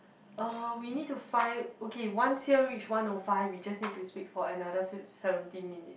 uh we need to find okay once here reach one O five we just need to speak for another fif~ seventeen minute